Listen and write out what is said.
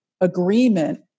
agreement